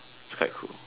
is quite cool